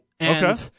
Okay